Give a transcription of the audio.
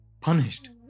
punished